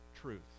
truth